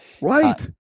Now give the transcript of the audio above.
Right